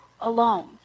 alone